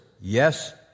Yes